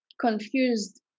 confused